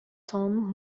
توم